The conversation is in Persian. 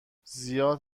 زیاد